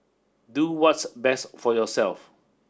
do what's best for yourself